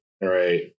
right